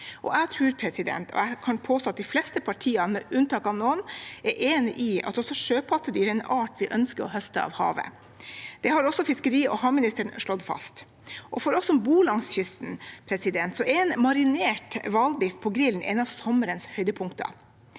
Jeg tror jeg kan påstå at de fleste partiene, med unntak av noen, er enig i at også sjøpattedyr er noe vi ønsker å høste av havet. Det har også fiskeri- og havministeren slått fast. For oss som bor langs kysten, er en marinert hvalbiff på grillen en av sommerens høydepunkter,